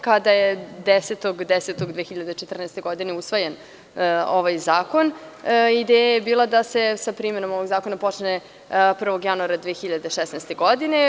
Kada je 10. oktobra 2014. godine usvojen ovaj zakon, ideja je bila da se sa primenom ovog zakona počne 1. januara 2016. godine.